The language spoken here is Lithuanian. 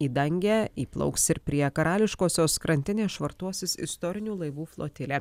į dangę įplauks ir prie karališkosios krantinės švartuosis istorinių laivų flotilė